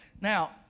Now